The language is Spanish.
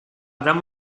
dame